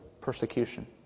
persecution